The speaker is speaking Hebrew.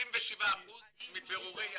97% מבירורי יהדות?